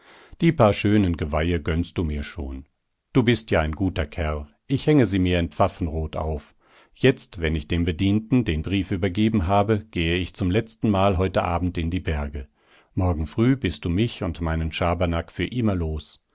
die paar schönen geweihe gönnst du mir schon du bist ja ein guter kerl ich hänge sie mir in pfaffenrod auf jetzt wenn ich dem bedienten den brief übergeben habe gehe ich zum letztenmal heut abend in die berge morgen früh bist du mich und meinen schabernack für immer los